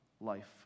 life